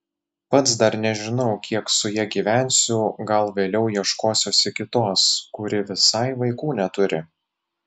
pats dar nežinau kiek su ja gyvensiu gal vėliau ieškosiuosi kitos kuri visai vaikų neturi